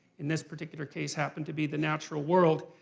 in this particular case, happened to be the natural world.